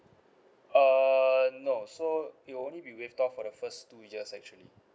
uh no so it only be waived off for the first two years actually